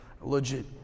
legit